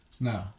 No